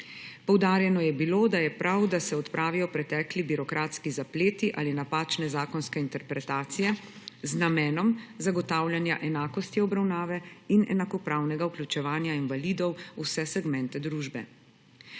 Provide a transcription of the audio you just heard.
Poudarjeno je bilo, da je prav, da se odpravijo pretekli birokratski zapleti ali napačne zakonske interpretacije z namenom zagotavljanja enakosti obravnave in enakopravnega vključevanja invalidov v vse segmente družbe.